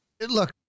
look